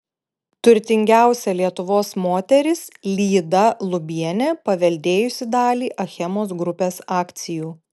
turtingiausia lietuvos moteris lyda lubienė paveldėjusi dalį achemos grupės akcijų